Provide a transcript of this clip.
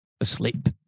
asleep